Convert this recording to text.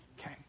Okay